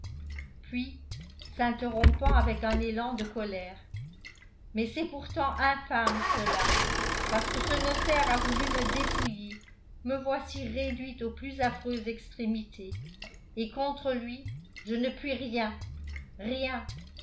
puis s'interrompant avec un élan de colère mais c'est pourtant infâme cela parce que ce notaire a voulu me dépouiller me voici réduite aux plus affreuses extrémités et contre lui je ne puis rien rien si